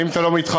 האם אתה לא מתחרט?